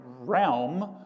realm